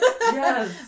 Yes